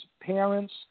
parents